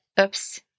Oops